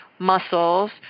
muscles